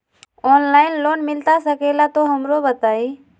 Online loan मिलता सके ला तो हमरो बताई?